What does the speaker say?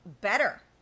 better